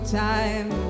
time